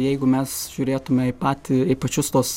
jeigu mes žiūrėtume į patį pačius tuos